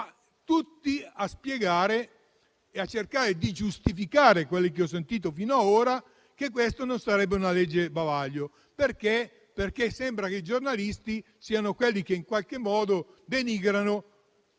di spiegare e giustificare - quelli che ho sentito finora - che questa non sarebbe una legge bavaglio. Sembra che i giornalisti siano quelli che in qualche modo denigrano